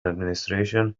administration